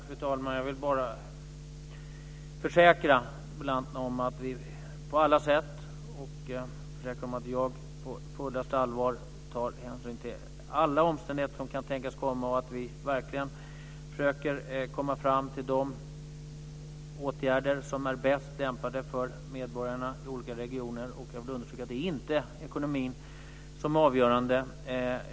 Fru talman! Jag vill bara försäkra interpellanten om att vi på alla sätt - och att jag på fullaste allvar - tar hänsyn till alla omständigheter som kan tänkas uppstå. Vi försöker verkligen komma fram till de åtgärder som är bäst lämpade för medborgarna i olika regioner. Jag vill understryka att det inte är ekonomin som är avgörande.